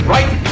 Right